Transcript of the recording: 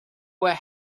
were